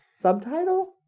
subtitle